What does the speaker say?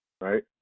right